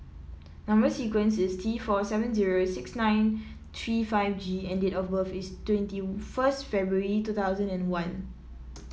number sequence is T four seven zero six nine three five G and date of birth is twenty first February two thousand and one